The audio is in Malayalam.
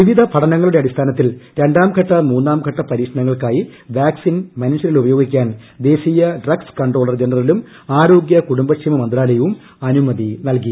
വിവിധ പഠനങ്ങളുടെ അടിസ്ഥാനത്തിൽ രണ്ടാംഘട്ട മൂന്നാംഘട്ട പരീക്ഷണങ്ങൾക്കായി വാക്സിൻ മനുഷ്യരിൽ ഉപയോഗിക്കാൻ ദേശീയ ഡ്രഗ് കൺട്രോളർ ജനറലും ആരോഗ്യ കുടുംബക്ഷേമ മന്ത്രാലയവും അനുമതി നൽകി